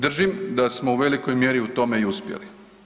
Držim da smo u velikoj mjeri u tome i uspjeli.